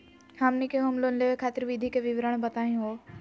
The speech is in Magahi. हमनी के होम लोन लेवे खातीर विधि के विवरण बताही हो?